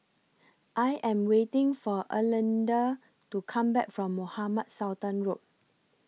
I Am waiting For Erlinda to Come Back from Mohamed Sultan Road